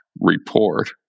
report